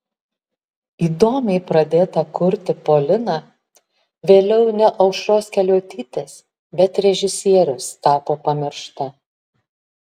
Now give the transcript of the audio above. įdomiai pradėta kurti polina vėliau ne aušros keliuotytės bet režisieriaus tapo pamiršta